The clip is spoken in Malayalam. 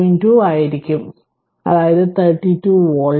2 ആയിരിക്കും അതായത് 32 വോൾട്ട്